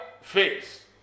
face